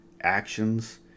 actions